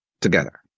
together